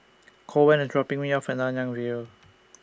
Koen A dropping Me off At Nanyang View